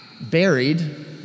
buried